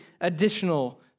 additional